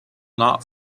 not